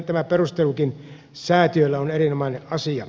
tämä perustelukin säätiöllä on erinomainen asia